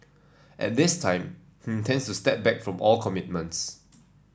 at this time he intends to step back from all commitments